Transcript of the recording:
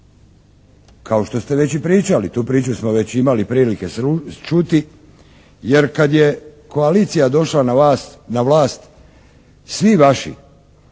kao što ste već i pričali. Tu priču smo već imali priliku čuti, jer kad je koalicija došla na vlast svi vaši